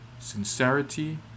sincerity